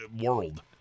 World